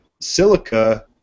silica